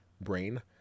Brain